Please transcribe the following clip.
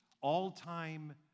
all-time